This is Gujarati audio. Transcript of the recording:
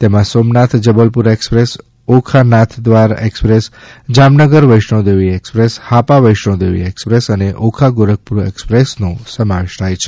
તેમાં સોમનાથ જબલપુર એક્સપ્રેસ ઓખા નાથ દ્વારા express Jamnagar Vaishno Devi express Hapa Vaishno Devi express અને ઓખા ગોરખપુર એક્સપ્રેસનો સમાવેશ થાય છે